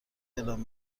اعلام